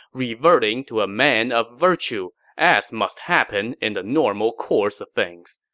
reverting to a man of virtue, as must happen in the normal course of things,